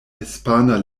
hispana